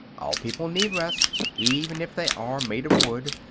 all people need rest, even if they are made of wood,